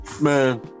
man